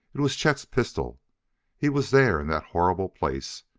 it was chet's pistol he was there in that horrible place.